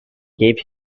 gave